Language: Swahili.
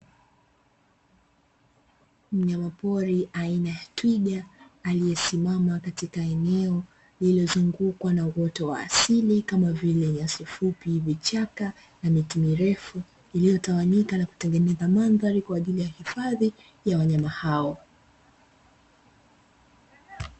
Mnyamapori aina ya twiga aliyesimama katika eneo lililozungukwa na uoto wa asili kama vile: nyasi fupi, vichaka na miti mirefu iliyotawanyika na kutengeneza mandhari kwa ajili ya hifadhi ya wanyama hao.